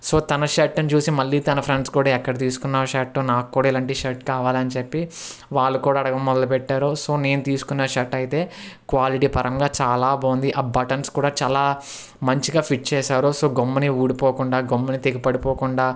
so తన షర్ట్ని చూసి మళ్ళీ తన ఫ్రెండ్స్ కూడా ఎక్కడ తీసుకున్నావు షర్ట్ నాకు కూడా ఇలాంటి షర్ట్ కావాలని చెప్పి వాళ్ళు కూడా అడగడం మొదలుపెట్టారు సో నేను తీసుకున్న షర్ట్ అయితే క్వాలిటీ పరంగా చాలా బాగుంది ఆ బటన్స్ కూడా చాలా మంచిగా ఫిట్ చేసారు సో గమ్మునే ఊడిపోకుండా గమ్మునే తెగి పడిపోకుండా